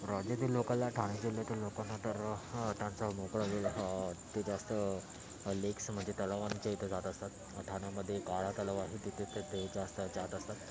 राज्यातील लोकाला ठाणेे जिल्ह्यातील लोकांना तर हा त्यांचा मोकळा वेळ ते जास्त लेक्समध्ये तलावांच्या इथे जात असतात ठान्यामध्ये काळा तलाव आहे तिथे तर ते जास्त जात असतात